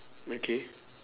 okay